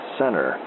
center